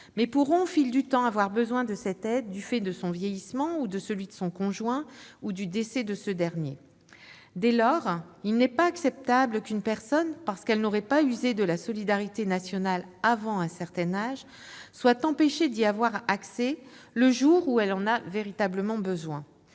PCH, pourront, au fil du temps, avoir besoin de cette aide du fait de leur vieillissement ou de celui de leur conjoint ou du décès de ce dernier. Dès lors, il n'est pas acceptable qu'une personne, parce qu'elle n'aurait pas usé de la solidarité nationale avant un certain âge, soit empêchée d'y avoir accès le jour où elle en a véritablement besoin.